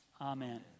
Amen